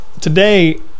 today